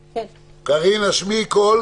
קארין, השמיעי קול.